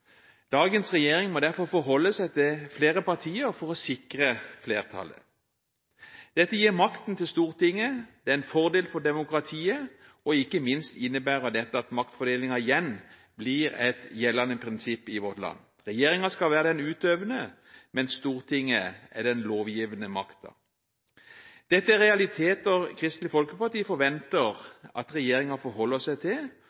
Dagens regjering må derfor forholde seg til flere partier for å sikre flertallet. Dette gir makten til Stortinget. Det er en fordel for demokratiet, og ikke minst innebærer det at maktfordelingen igjen blir et gjeldende prinsipp i vårt land. Regjeringen skal være den utøvende makten, mens Stortinget er den lovgivende. Dette er realiteter Kristelig Folkeparti forventer at regjeringen forholder seg til,